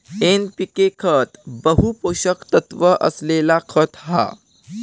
NPK खत बहु पोषक तत्त्व असलेला खत हा